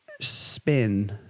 spin